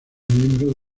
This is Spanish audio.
miembro